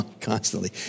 Constantly